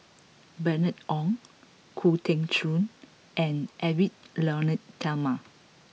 Bernice Ong Khoo Teng Soon and Edwy Lyonet Talma